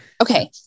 okay